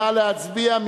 נא להצביע.